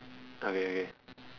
okay okay